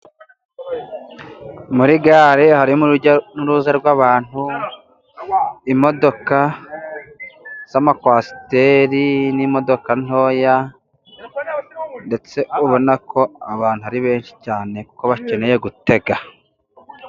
Muri gare harimo urujya n'uruza rw'abantu, imodoka z'amakwasiteri, n'imodoka ntoya, ndetse ubona ko abantu ari benshi cyane, kuko bakeneye gutega.